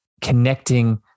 connecting